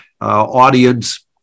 audience